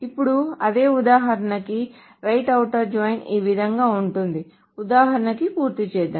ఇప్పుడు అదే ఉదాహరణకి రైట్ ఔటర్ జాయిన్ ఈ విధంగా ఉంటుంది ఉదాహరణను పూర్తి చేద్దాము